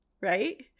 right